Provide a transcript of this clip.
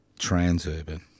Transurban